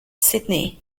sydney